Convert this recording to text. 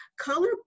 Color